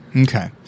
Okay